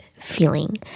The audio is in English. feeling